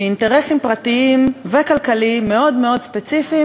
שאינטרסים פרטיים וכלכליים מאוד מאוד ספציפיים